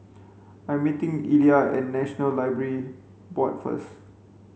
I meeting Illya at National Library Board first